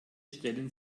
stellen